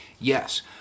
Yes